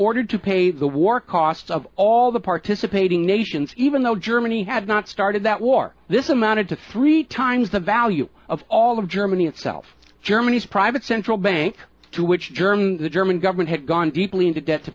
ordered to pay the war costs of all the participating nations even though germany had not started that war this amounted to three times the value of all of germany itself germany's private central bank to which german the german government had gone deeply into debt to